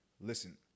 Listen